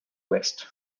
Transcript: west